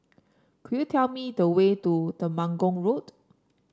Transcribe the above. could you tell me the way to Temenggong Road